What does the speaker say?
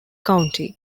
county